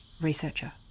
researcher